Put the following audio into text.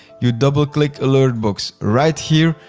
you double click alert box. right here,